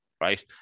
right